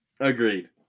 Agreed